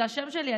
זה השם שלי,